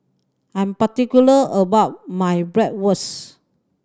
I'm particular about my Bratwurst